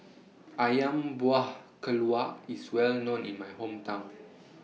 Ayam Buah Keluak IS Well known in My Hometown